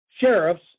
sheriffs